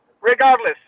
Regardless